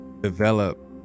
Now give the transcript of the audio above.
develop